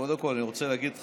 קודם כול אני רוצה להגיד לך,